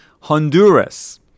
Honduras